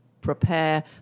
prepare